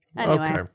Okay